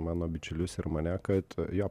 mano bičiulius ir mane kad jo